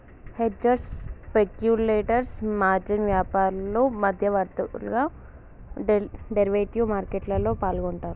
hedgers, speculators, margin వ్యాపారులు, మధ్యవర్తులు derivative మార్కెట్లో పాల్గొంటరు